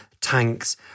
tanks